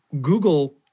Google